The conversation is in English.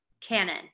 Canon